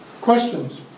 questions